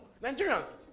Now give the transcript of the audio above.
Nigerians